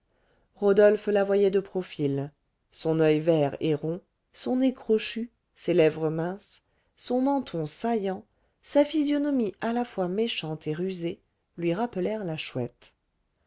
rodolphe la voyait de profil son oeil vert et rond son nez crochu ses lèvres minces son menton saillant sa physionomie à la fois méchante et rusée lui rappelèrent la chouette